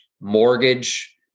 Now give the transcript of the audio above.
mortgage